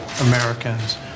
Americans